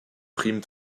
primes